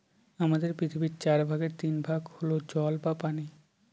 আমাদের পৃথিবীর চার ভাগের তিন ভাগ হল জল বা পানি